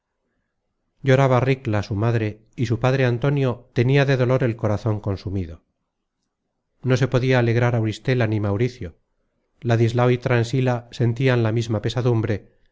qué enfermedad lloraba ricla su madre y su padre antonio tenia de dolor el corazon consumido no se podia alegrar auristela ni mauricio ladislao y transila sentian la misma pesadumbre